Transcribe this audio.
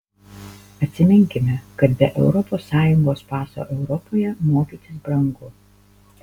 atsiminkime kad be europos sąjungos paso europoje mokytis brangu